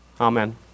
Amen